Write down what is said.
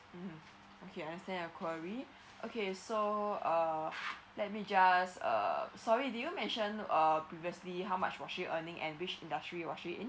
mmhmm okay understand your queries okay so uh let me just uh sorry did you mentioned uh previously how much for she's earning and which industry of she in